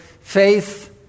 faith